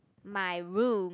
my rule